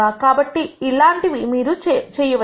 కాబట్టి ఇలాంటివి మీరు కూడా చేయొచ్చు